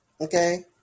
okay